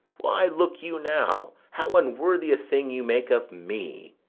why, look you now, how unworthy a thing you make of me!